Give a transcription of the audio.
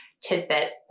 tidbit